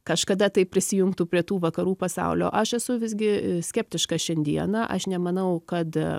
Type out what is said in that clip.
kažkada tai prisijungtų prie tų vakarų pasaulio aš esu visgi skeptiška šiandieną aš nemanau kad